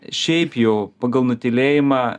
šiaip jau pagal nutylėjimą